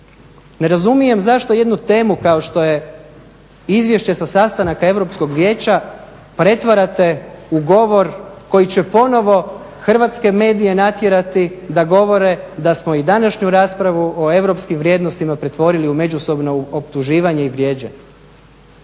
Ne razumijem zašto jednu temu kao što je Izvješće sa sastanaka Europskog vijeća pretvarate u govor koji će ponovo hrvatske medije natjerati da govore da smo i današnju raspravu o europskim vrijednostima pretvorili u međusobno optuživanje i vrijeđanje.